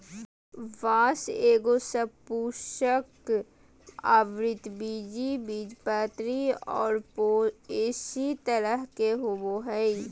बाँस एगो सपुष्पक, आवृतबीजी, बीजपत्री और पोएसी तरह के होबो हइ